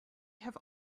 have